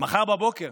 מחר בבוקר